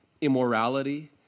immorality